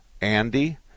Andy